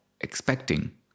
expecting